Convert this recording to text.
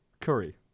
Curry